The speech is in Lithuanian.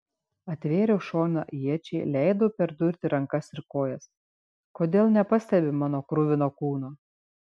atvėriau šoną iečiai leidau perdurti rankas ir kojas kodėl nepastebi mano kruvino kūno